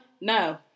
no